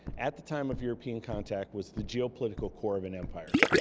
at the time of european contact was the geopolitical core of an empire,